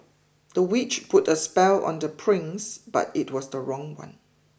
the witch put a spell on the prince but it was the wrong one